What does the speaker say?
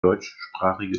deutschsprachige